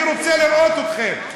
אני רוצה לראות אתכם.